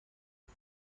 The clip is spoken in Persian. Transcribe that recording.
این